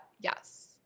yes